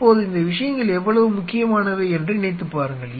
இப்போது இந்த விஷயங்கள் எவ்வளவு முக்கியமானவை என்று நினைத்துப் பாருங்கள்